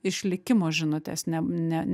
išlikimo žinutės ne ne